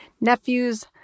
nephews